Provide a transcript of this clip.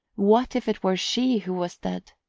what if it were she who was dead!